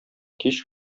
кич